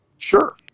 Sure